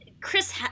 Chris